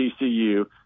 TCU –